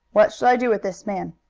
what shall i do with this man?